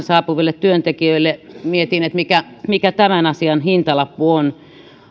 saapuville työntekijöille mietin mikä mikä tämän asian hintalappu on